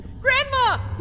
Grandma